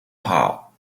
how